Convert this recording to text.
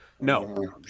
No